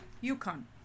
Yukon